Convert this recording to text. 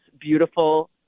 beautiful